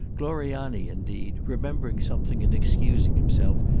gloriani indeed, remembering something and excusing himself,